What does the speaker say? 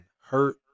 hurt